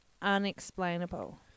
unexplainable